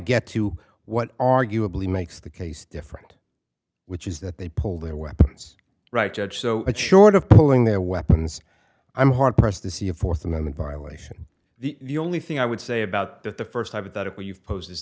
get to what arguably makes the case different which is that they pulled their weapons right judge so that short of pulling their weapons i'm hard pressed to see a fourth amendment violation the only thing i would say about that the first hypothetical you've pose